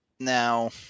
Now